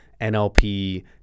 NLP